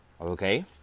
Okay